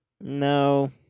No